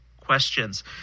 questions